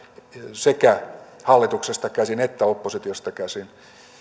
sekä hallituksesta käsin että oppositiosta käsin